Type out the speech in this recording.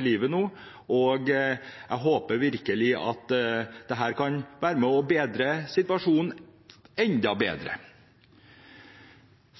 livet nå, og jeg håper virkelig at dette kan være med på å bedre situasjonen enda mer.